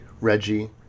Reggie